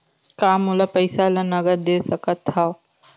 का मोला पईसा ला नगद दे सकत हव?